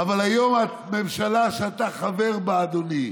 אבל היום הממשלה שאתה חבר בה, אדוני,